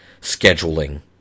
scheduling